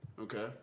Okay